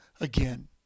again